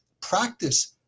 practice